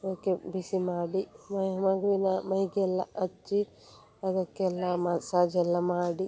ಹಾಕಿ ಬಿಸಿ ಮಾಡಿ ಮಗುವಿನ ಮೈಗೆಲ್ಲ ಹಚ್ಚಿ ಅದಕ್ಕೆಲ್ಲ ಮಸಾಜೆಲ್ಲ ಮಾಡಿ